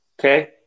Okay